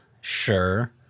sure